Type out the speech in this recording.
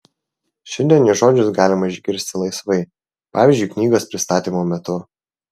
šiandien jo žodžius galima išgirsti laisvai pavyzdžiui knygos pristatymo metu